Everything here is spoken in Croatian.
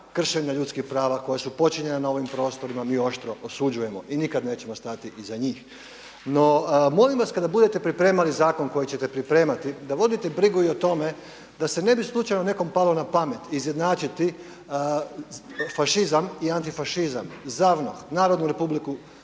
kršenja ljudskih prava koja su počinjena na ovim prostorima mi oštro osuđujemo i nikada nećemo stati iza njih. No molim vas kada budete pripremali zakon koji ćete pripremati da vodite brigu i o tome da ne bi nekom palo na pamet izjednačiti fašizam i antifašizam, ZAVNOH, Narodnu Republiku